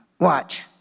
Watch